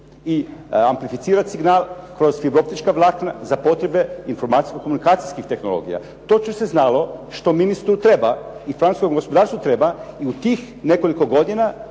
i amplificirati signal kroz …/Govornik se ne razumije./… vlakna za potrebe informacijsko-komunikacijskih tehnologija. Točno se znalo što ministru treba i francuskom gospodarstvu treba. I tih nekoliko godina